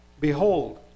Behold